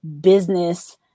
business